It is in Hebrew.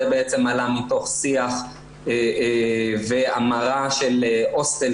זה בעצם עלה מתוך שיח והמרה של הוסטל,